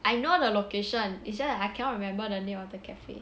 I know the location it's just I cannot remember the name of the cafe